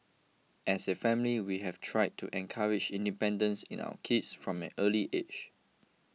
as a family we have tried to encourage independence in our kids from an early age